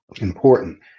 important